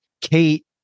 kate